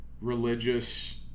religious